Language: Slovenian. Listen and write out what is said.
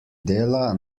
dela